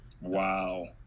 Wow